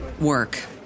work